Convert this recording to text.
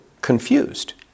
confused